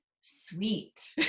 sweet